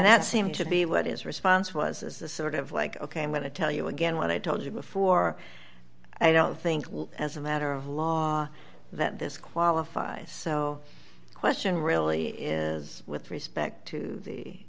that seemed to be what is response was a sort of like ok i'm going to tell you again what i told you before i don't think as a matter of law that this qualifies so the question really is with respect to